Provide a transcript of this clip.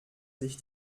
sich